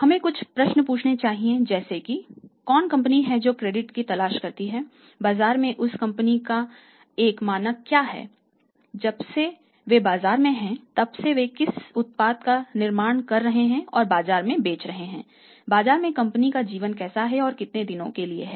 हमें कुछ प्रश्न पूछने चाहिए जैसे कि कौन कंपनी है जो क्रेडिट की तलाश करती है बाजार में उस कंपनी का एक मानक क्या है जब से वे बाजार में हैं तब से वे किस उत्पाद का निर्माण कर रहे हैं और बाजार में बेच रहे हैं बाजार में कंपनी का जीवन कैसा है और कितने दिनों के लिए है